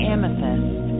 Amethyst